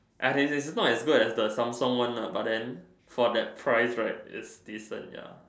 I mean its not as good as the Samsung one lah but then for that price right its decent ya